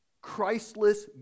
Christless